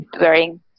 wearing